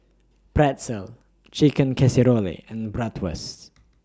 Pretzel Chicken Casserole and Bratwurst